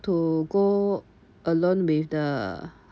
to go alone with the